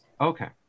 Okay